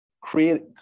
create